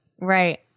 Right